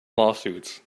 lawsuits